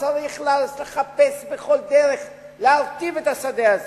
צריך לחפש בכל דרך להרטיב את השדה הזה,